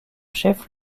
chef